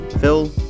Phil